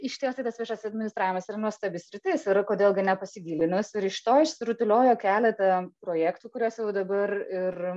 išties tai tas viešasis administravimas yra nuostabi sritis ir kodėl gi nepasigilinus ir iš to išsirutuliojo keletą projektų kuriuos jau dabar ir